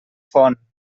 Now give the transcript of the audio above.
font